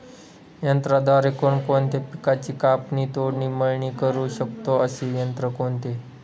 यंत्राद्वारे कोणकोणत्या पिकांची कापणी, तोडणी, मळणी करु शकतो, असे यंत्र कोणते?